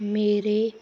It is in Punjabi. ਮੇਰੇ